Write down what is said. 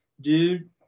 Dude